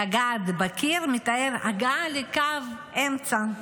לגעת בקיר מתאר הגעה לקו אמצע,